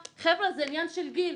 חבר'ה זה עניין של גיל.